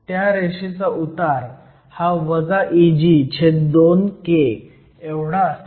त्या रेषेचा उतार हा Eg छेद 2 k एवढा असेल